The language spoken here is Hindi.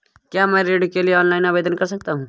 क्या मैं ऋण के लिए ऑनलाइन आवेदन कर सकता हूँ?